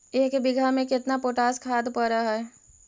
एक बिघा में केतना पोटास खाद पड़ है?